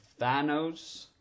Thanos